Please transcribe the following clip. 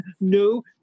no